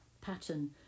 pattern